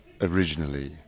originally